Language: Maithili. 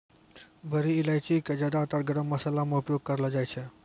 बड़ी इलायची कॅ ज्यादातर गरम मशाला मॅ उपयोग करलो जाय छै